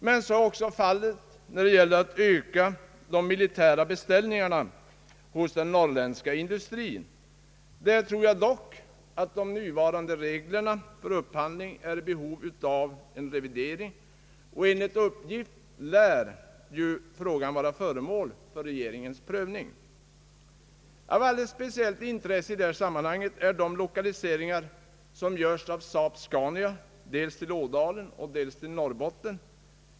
Men så är också fallet när det gäller att öka de militära beställningarna hos den norrländska industrin. Där tror jag dock att de nuvarande reglerna för upphandling är i behov av en revidering, och enligt uppgift lär ju den frågan vara föremål för regeringens prövning. Av alldeles speciellt intresse i detta sammanhang är de lokaliseringar som görs av SAAB-Scania dels till Ådalen, dels till Norrbotten.